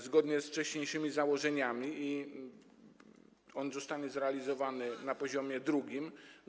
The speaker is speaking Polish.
Zgodnie z wcześniejszymi założeniami on zostanie zrealizowany na poziomie 2.